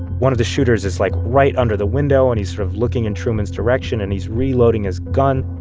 one of the shooters is, like, right under the window. and he's sort of looking in truman's direction, and he's reloading his gun.